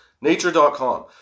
nature.com